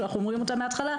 שאנחנו אומרים אותה מהתחלה,